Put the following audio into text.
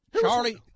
Charlie